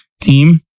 team